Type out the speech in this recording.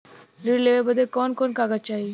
ऋण लेवे बदे कवन कवन कागज चाही?